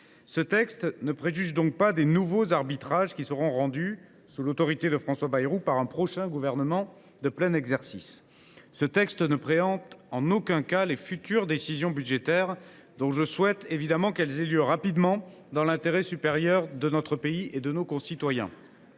Ce texte ne préjuge donc pas des nouveaux arbitrages qui seront rendus, sous l’autorité de François Bayrou, par un prochain gouvernement de plein exercice. Il ne préempte en aucun cas les futures décisions budgétaires, dont je souhaite évidemment qu’elles soient prises rapidement, dans l’intérêt supérieur de notre pays et de nos concitoyens.